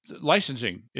licensing